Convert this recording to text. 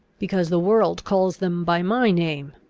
because the world calls them by my name.